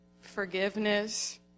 forgiveness